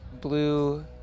blue